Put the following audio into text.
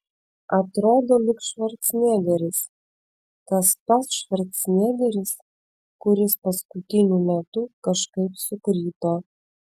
atrodo lyg švarcnegeris tas pats švarcnegeris kuris paskutiniu metu kažkaip sukrito